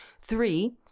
Three